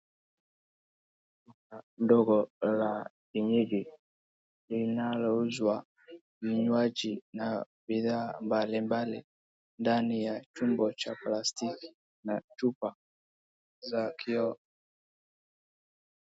Duka ndogo la kienyeji linalouzwa vinywaji na bidhaa mbalimbali ndani ya chombo cha plastiki na chupa za kioo.